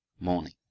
morning